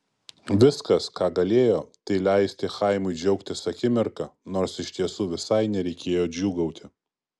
viskas ką galėjo tai leisti chaimui džiaugtis akimirka nors iš tiesų visai nereikėjo džiūgauti